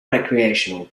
recreational